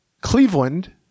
Cleveland